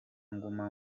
nguma